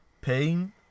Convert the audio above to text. pain